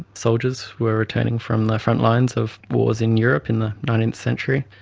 soldiers were returning from the front lines of wars in europe in the nineteenth century,